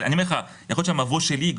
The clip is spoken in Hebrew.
יש